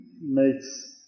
makes